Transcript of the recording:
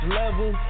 level